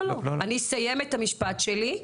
אני אסיים את המשפט שלי,